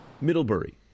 Middlebury